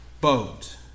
boat